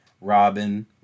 Robin